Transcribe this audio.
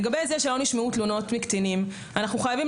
לגבי זה שלא נשמעו תלונות מקטינים - אנחנו חייבים